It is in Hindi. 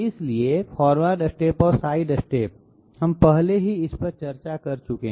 इसलिए फॉरवर्ड स्टेप और साइड स्टेप्स हम पहले ही इस पर चर्चा कर चुके हैं